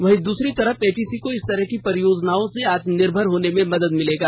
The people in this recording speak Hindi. वहीं दूसरी तरफ एचईसी को इस तरह की परियोजनाओं से आत्मनिर्भर होने में मदद मिलेगा